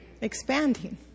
expanding